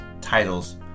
Titles